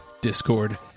Discord